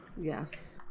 yes